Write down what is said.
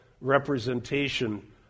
representation